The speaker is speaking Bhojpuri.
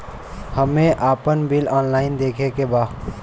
हमे आपन बिल ऑनलाइन देखे के बा?